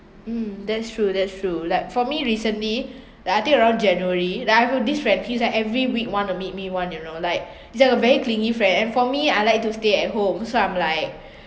mm that's true that's true like for me recently like I think around january like I have this friend he's like every week want to meet me [one] you know like he's like a very clingy friend and for me I like to stay at home so I'm like